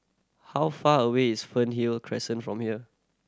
how far away is Fernhill Crescent from here